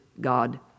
God